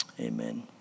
Amen